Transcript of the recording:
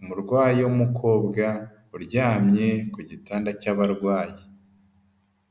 umurwayi w'umukobwa uryamye ku gitanda cy'abarwayi.